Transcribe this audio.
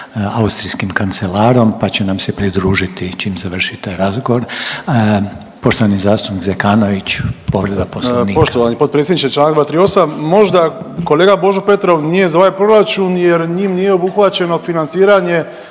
austrijskim kancelarom pa će nam se pridružiti čim završi taj razgovor. Poštovani zastupnik Zekanović, povreda Poslovnika. **Zekanović, Hrvoje (HDS)** Poštovani potpredsjedniče Članak 238., možda kolega Božo Petrov nije za ovaj proračun jer njim nije obuhvaćeno financiranje